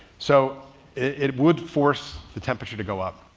so it would force the temperature to go up.